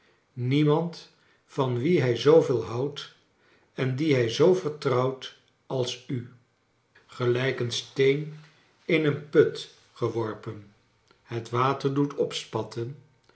niemand van wien hij zooveel houdt en dien hij zoo vertrouwt als u gelrjk een steen in een put geworpen het water doet opspatten